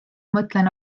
mõtlen